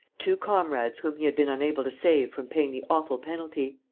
two comrades whom he had been unable to save from paying the awful penalty.